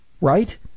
Right